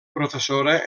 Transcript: professora